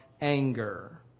anger